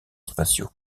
spatiaux